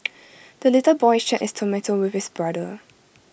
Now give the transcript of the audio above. the little boy shared his tomato with his brother